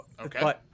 okay